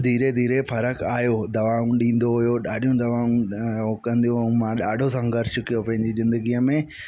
धीरे धीरे फ़र्कु आहियो दवाऊं ॾींदो हुओ ॾाढियूं दवाऊं हुओ कंदो हुउमि मां डाढो संघर्ष कयो पंहिंजी ज़िंदगीअ में